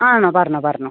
ആണോ പറഞ്ഞോ പറഞ്ഞോ